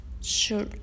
Sure